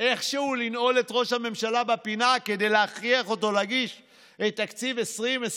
איכשהו לנעול את ראש הממשלה בפינה כדי להכריח אותו להגיש את תקציב 2021,